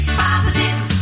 positive